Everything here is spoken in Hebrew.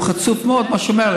הוא חצוף מאוד במה שהוא אומר.